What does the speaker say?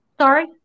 sorry